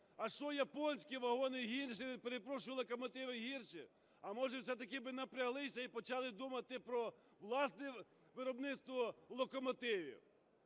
А що, японські вагони гірші, перепрошую, локомотиви гірші? А, може, все-таки би напряглися і почали думати про власне виробництво локомотивів?